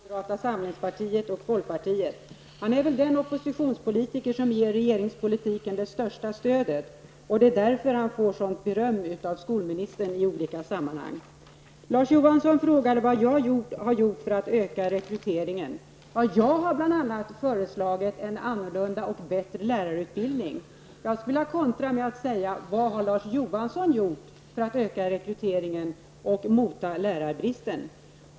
Herr talman! Jag börjar bli ganska van vid att Larz Johansson ägnar sig åt att attackera moderata samlingspartiet och folkpartiet. Han är väl den oppositionspolitiker som ger regeringspolitiken det största stödet. Det är därför som han får beröm av skolministern i olika sammanhang. Larz Johansson frågade vad jag har gjort för att öka rekryteringen. Jag har bl.a. föreslagit en annorlunda och bättre lärarutbildning. Jag skulle vilja kontra med att fråga: Vad har Larz Johansson gjort för att öka rekryteringen och motarbeta lärarbristen?